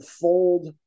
fold